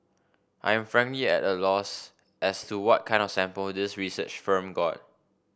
I am frankly at a loss as to what kind of sample this research firm got